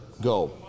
go